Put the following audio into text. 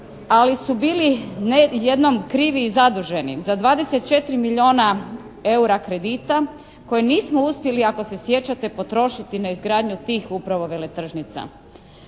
ali su bili ne jednom krivi i zaduženi za 24 milijuna eura kredita koje nismo uspjeli ako se sjećate potrošiti na izgradnju tih upravo veletržnica.